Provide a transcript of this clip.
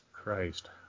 Christ